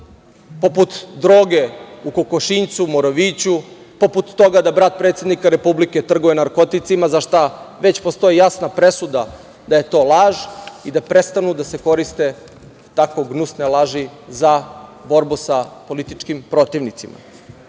poput droge u kokošinjcu, Moroviću, poput toga da brat predsednika Republike trguje narkoticima, za šta već postoji jasna presuda da je to laž i da prestanu da se koriste tako gnusne laži za borbu sa političkim protivnicima.U